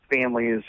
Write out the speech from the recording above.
families